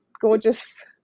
gorgeous